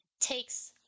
takes